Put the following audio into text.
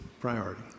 priority